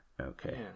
Okay